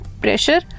Pressure